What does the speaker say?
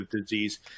disease